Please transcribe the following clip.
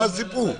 מה הסיפור?